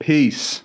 Peace